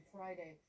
Friday